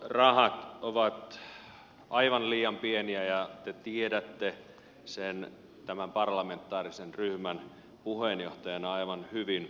perusväylänpitorahat ovat aivan liian pieniä ja te tiedätte sen tämän parlamentaarisen ryhmän puheenjohtajana aivan hyvin